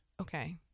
Okay